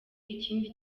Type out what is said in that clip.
ikindi